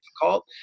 difficult